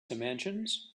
dimensions